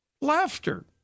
laughter